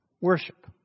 worship